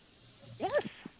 Yes